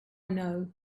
know